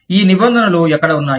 ఈ నిబంధనలు ఎక్కడ ఉన్నాయి